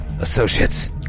associates